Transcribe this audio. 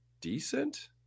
decent